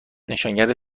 نشانگر